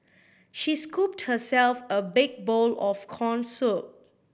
she scooped herself a big bowl of corn soup